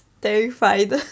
terrified